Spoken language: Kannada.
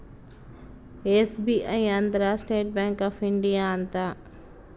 ಎಸ್.ಬಿ.ಐ ಅಂದ್ರ ಸ್ಟೇಟ್ ಬ್ಯಾಂಕ್ ಆಫ್ ಇಂಡಿಯಾ ಅಂತ